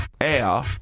Air